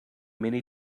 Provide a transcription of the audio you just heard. many